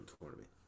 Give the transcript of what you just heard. tournament